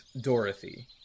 Dorothy